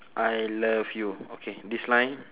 I love you okay this line